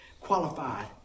Qualified